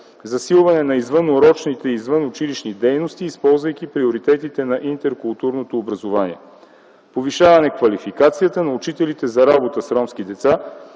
засилване на извънурочните и извънучилищни дейности, използвайки приоритетите на интеркултурното образование; повишаване квалификацията на учителите за работа с ромски деца;